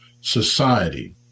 society